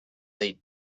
they